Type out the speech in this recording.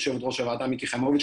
יושבת ראש הוועדה מיקי חיימוביץ',